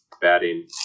batting